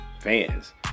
fans